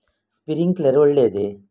Sprinkler ಒಳ್ಳೇದೇ?